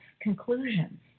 conclusions